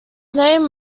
name